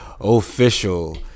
official